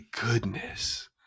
goodness